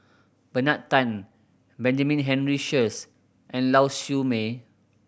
Bernard Tan Benjamin Henry Sheares and Lau Siew Mei